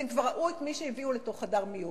הן כבר ראו את מי שהביאו לתוך חדר המיון.